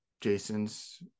jason's